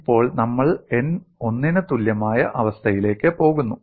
ഇപ്പോൾ നമ്മൾ n 1 ന് തുല്യമായ അവസ്ഥയിലേക്ക് പോകുന്നു